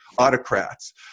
autocrats